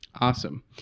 Awesome